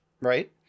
right